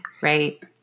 right